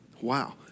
Wow